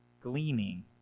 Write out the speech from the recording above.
gleaning